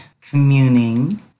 communing